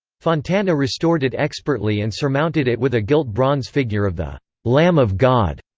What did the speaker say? fontana restored it expertly and surmounted it with a gilt-bronze figure of the lamb of god.